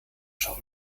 schau